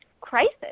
crisis